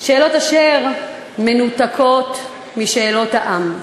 שאלות אשר מנותקות משאלות העם.